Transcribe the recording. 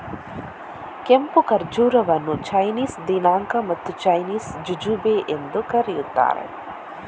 ಕೆಂಪು ಖರ್ಜೂರವನ್ನು ಚೈನೀಸ್ ದಿನಾಂಕ ಮತ್ತು ಚೈನೀಸ್ ಜುಜುಬೆ ಎಂದೂ ಕರೆಯುತ್ತಾರೆ